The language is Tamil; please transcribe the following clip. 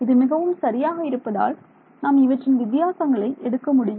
இது மிகவும் சரியாக இருப்பதால் நாம் இவற்றின் வித்தியாசங்களை எடுக்க முடியும்